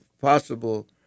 possible